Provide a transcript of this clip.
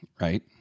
right